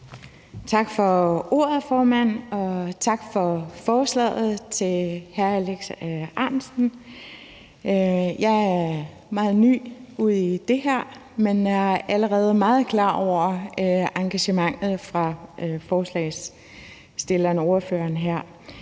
Tak for ordet, formand, og tak til hr. Alex Ahrendtsen for forslaget. Jeg er meget ny udi det her, men jeg er allerede meget klar over engagementet fra forslagsstillerne og ordførerne her.